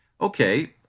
okay